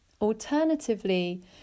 Alternatively